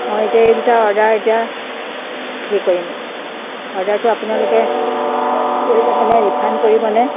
মই এতিয়া এই দুটা অৰ্ডাৰ এতিয়া কি কৰিম এতিয়া অৰ্ডাৰটো আপোনালোকে লৈ যাবনে ৰিফাণ্ড কৰিবনে